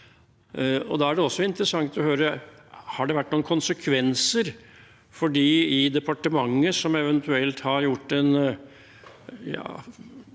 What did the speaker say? Har det vært noen konsekvenser for de i departementet som eventuelt har gjort en